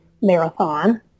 Marathon